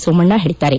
ಸೋಮಣ್ಣ ಹೇಳಿದ್ದಾರೆ